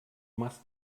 machst